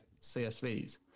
CSVs